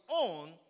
own